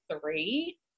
three